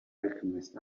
alchemist